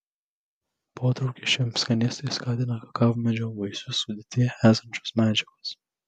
potraukį šiam skanėstui skatina kakavmedžio vaisių sudėtyje esančios medžiagos